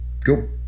go